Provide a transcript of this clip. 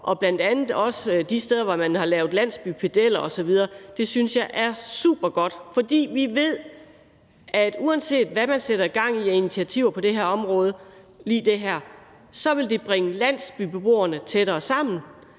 og bl.a. også de steder, hvor man har lavet landsbypedeller osv. Det synes jeg er supergodt, for vi ved, at uanset hvad man sætter i gang af initiativer på lige det her område, vil det bringe landbybeboerne tættere sammen,